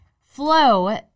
flow